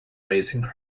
raising